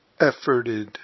efforted